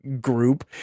group